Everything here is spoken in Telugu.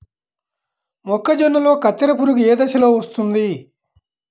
మొక్కజొన్నలో కత్తెర పురుగు ఏ దశలో వస్తుంది?